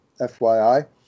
FYI